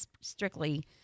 strictly